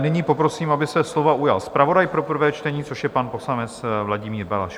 Nyní poprosím, aby se slova ujal zpravodaj pro prvé čtení, což je pan poslanec Vladimír Balaš.